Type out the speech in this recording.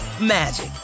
magic